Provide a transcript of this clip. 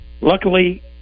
luckily